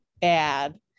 bad